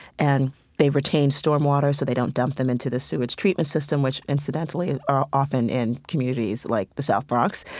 and they retain storm water, so they don't dump them into the sewage treatment system, which, incidentally, are often in communities like the south bronx.